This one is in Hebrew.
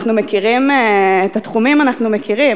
את התחומים אנחנו מכירים.